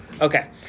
Okay